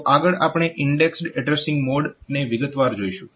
તો આગળ આપણે ઇન્ડેક્સ્ડ એડ્રેસીંગ મોડ ને વિગતવાર જોઈશું